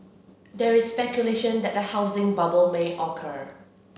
there is speculation that a housing bubble may occur